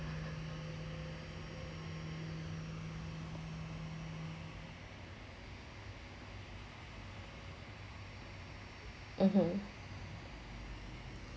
(uh huh)